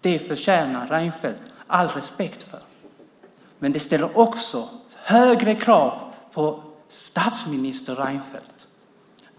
det förtjänar Reinfeldt all respekt. Men det ställer också högre krav på statsminister Reinfeldt.